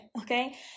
okay